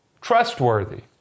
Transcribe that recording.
trustworthy